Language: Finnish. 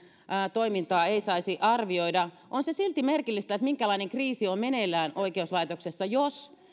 toimintaa ei saisi arvioida on se merkillistä minkälainen kriisi on meneillään oikeuslaitoksessa jos